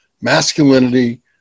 masculinity